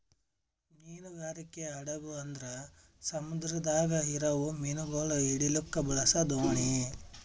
ಮೀನುಗಾರಿಕೆ ಹಡಗು ಅಂದುರ್ ಸಮುದ್ರದಾಗ್ ಇರವು ಮೀನುಗೊಳ್ ಹಿಡಿಲುಕ್ ಬಳಸ ದೋಣಿ